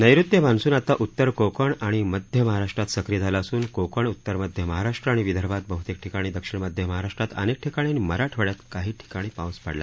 नैऋत्य मान्सून आता उत्तर कोकण आणि मध्य महाराष्ट्र सक्रीय झाला असून कोकण उत्तर मध्य महाराष्ट्र आणि विदर्भात बह्तेक ठिकाणी दक्षिण मध्य महाराष्ट्रात अनेक ठिकाणी आणि मराठवाड्यात काही ठिकाणी पाऊस पडला